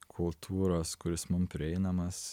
kultūros kuris mum prieinamas